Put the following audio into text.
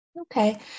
Okay